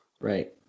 right